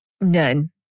None